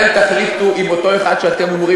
אתם תחליטו אם אותו אחד שאתם אומרים